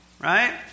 right